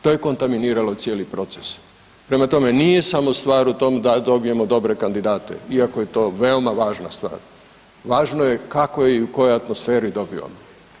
To je kontaminiralo cijeli proces, prema tome nije samo stvar u tom da dobijemo dobre kandidate, iako je to veoma važna stvar, važno je kako je i u kojoj atmosferi dobivamo.